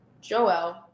Joel